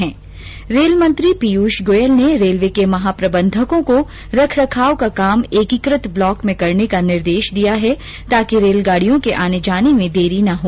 rail मंत्री पीयूष गोयल ने railway के महाप्रबंधकों को रख रखाव का काम एकीकृत ब्लॉक में करने का निर्देश दिया है ताकि रेलगाड़ियों के आने जाने में देरी न हो